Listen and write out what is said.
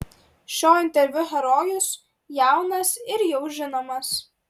šio interviu herojus jaunas ir jau žinomas